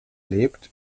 lebt